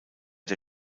der